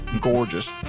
gorgeous